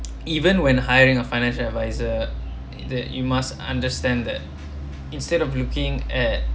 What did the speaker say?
even when hiring a financial adviser that you must understand that instead of looking at